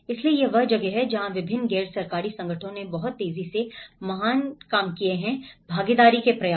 इसलिए यह वह जगह है जहाँ विभिन्न गैर सरकारी संगठनों ने बहुत तेजी से महान के साथ काम किया है भागीदारी के प्रयास